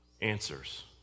answers